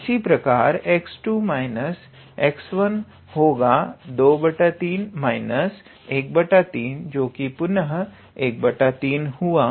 इसी प्रकार से 𝑥2 − 𝑥1 होगा 23 − 13 जो कि पुनः 13 हुआ